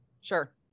Sure